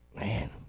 Man